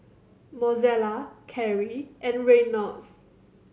Mozella Carie and Reynolds